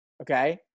Okay